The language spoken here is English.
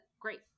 Great